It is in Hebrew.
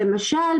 למשל,